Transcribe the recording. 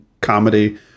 comedy